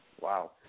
Wow